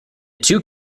two